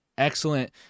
excellent